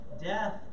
death